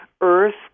earth